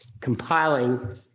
compiling